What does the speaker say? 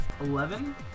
Eleven